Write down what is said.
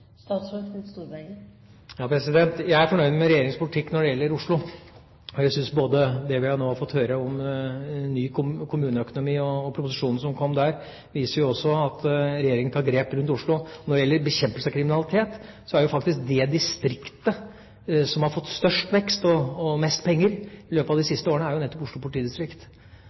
Jeg er fornøyd med regjeringas politikk når det gjelder Oslo. Jeg syns det vi nå har fått høre om ny kommuneøkonomi og proposisjonen som kom i den forbindelse, også viser at regjeringa tar grep rundt Oslo. Når det gjelder bekjempelse av kriminalitet, er jo faktisk det distriktet som har hatt størst vekst og fått mest penger i løpet av de siste årene, nettopp Oslo politidistrikt.